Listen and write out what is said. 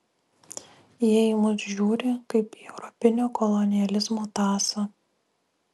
jie į mus žiūri kaip į europinio kolonializmo tąsą